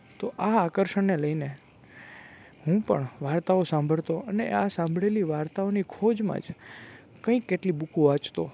તો આ આકર્ષણને લઈને હું પણ વાર્તાઓ સાંભળતો અને આ સાંભળેલી વાર્તાઓની ખોજમાં જ કંઇ કેટલી બૂકો વાંચતો